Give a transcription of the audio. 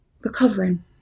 recovering